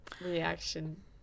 reaction